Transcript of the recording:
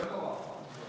לא נורא.